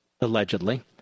allegedly